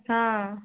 ହଁ